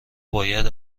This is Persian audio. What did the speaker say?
باید